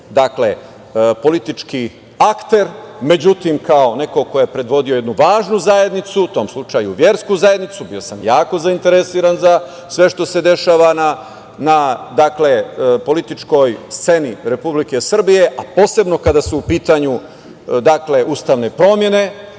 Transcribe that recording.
bio politički akter, međutim, kao neko ko je predvodio jednu važnu zajednicu, u tom slučaju versku zajednicu, bio sam jako zainteresovan za sve što se dešava na političkoj sceni Republike Srbije, a posebno kada su u pitanju ustavne promene,